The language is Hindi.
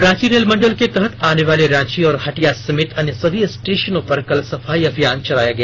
रांची रेल मंडल के तहत आने वाले रांची और हटिया समेत अन्य सभी स्टेशनों पर कल सफाई अभियान चलाया गया